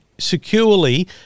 securely